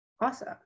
Awesome